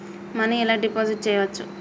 Money ఎలా deposit చేయచ్చు?